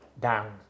down